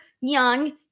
young